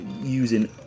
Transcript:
using